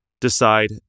decide